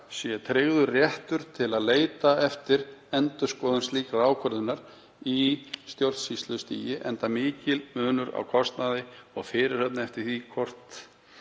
sé tryggður skýr réttur til að leita eftir endurskoðun slíkrar ákvörðunar á stjórnsýslustigi enda mikill munur á kostnaði og fyrirhöfn eftir því hvort